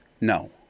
no